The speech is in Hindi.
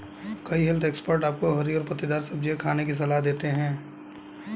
कई हेल्थ एक्सपर्ट आपको हरी और पत्तेदार सब्जियां खाने की सलाह देते हैं